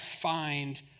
find